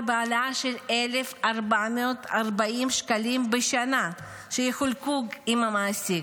בהעלאה של 1,440 שקלים בשנה שיחולקו עם המעסיק.